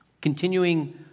continuing